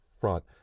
front